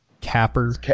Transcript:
capper